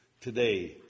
today